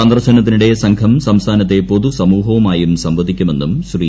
സന്ദർശനത്തിനിടെ സംഘം സംസ്ഥാനത്തെ പൊതു സമൂഹവുമായും സംവദിക്കുമെന്നും ശ്രീ